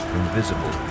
invisible